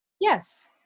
Yes